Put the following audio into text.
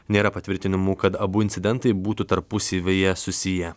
nėra patvirtinimų kad abu incidentai būtų tarpusavyje susiję